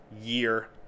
year